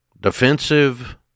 defensive